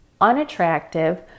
unattractive